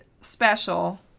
special